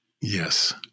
Yes